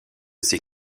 ses